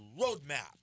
roadmap